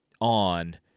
on